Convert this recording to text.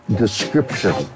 description